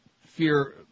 fear